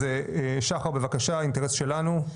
אז שחר בבקשה, "האינטרס שלנו".